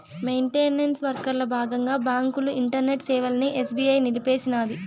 maintenance వర్కల బాగంగా బాంకుల ఇంటర్నెట్ సేవలని ఎస్బీఐ నిలిపేసినాది